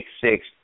six